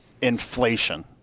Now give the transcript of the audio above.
inflation